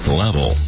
level